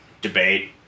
debate